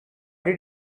did